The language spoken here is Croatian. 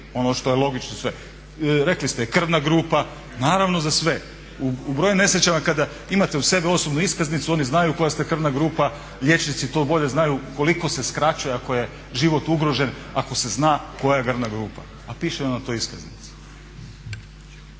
ono što je logično za sve. Rekli ste krvna grupa, naravno za sve. U brojnim nesrećama kada imate uz sebe osobnu iskaznicu oni znaju koja ste krvna grupa, liječnici to bolje znaju koliko se skraćuje ako je život ugrožen, ako se zna koja je krvna grupa, a piše na toj iskaznici.